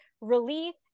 relief